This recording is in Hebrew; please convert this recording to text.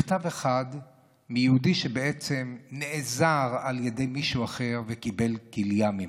מכתב אחד הוא מיהודי שנעזר על ידי מישהו אחר וקיבל כליה ממנו.